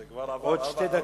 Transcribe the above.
כבר נתן לי עוד שתי דקות.